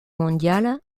mondiale